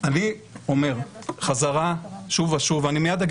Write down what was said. אני אומר חזרה שוב ושוב אני מיד אגיע